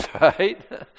right